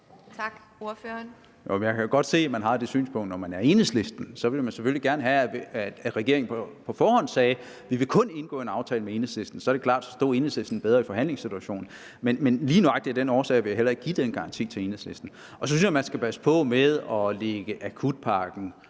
Jeg kan godt se, hvorfor man har det synspunkt, når man er i Enhedslisten. Så vil man selvfølgelig gerne have, at regeringen på forhånd siger: Vi vil kun indgå en aftale med Enhedslisten. For så er det klart, at Enhedslisten vil stå bedre i forhandlingssituationen. Men lige nøjagtig af den årsag vil jeg heller ikke give den garanti til Enhedslisten. Så synes jeg, at man skal passe på med at lægge akutpakken